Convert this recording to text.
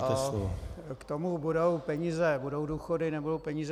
K tomu budou peníze, budou důchody, nebudou peníze...